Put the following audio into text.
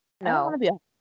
No